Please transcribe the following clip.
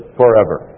forever